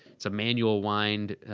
it's a manual wind.